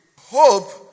hope